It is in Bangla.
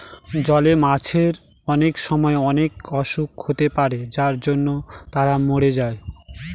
জলে মাছের অনেক সময় অনেক অসুখ হতে পারে যার জন্য তারা মরে যায়